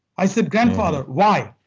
i said, grandfather, why?